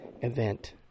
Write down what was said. event